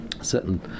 certain